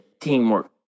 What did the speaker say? teamwork